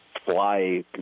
fly